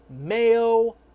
Mayo